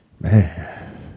Man